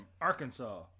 Arkansas